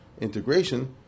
integration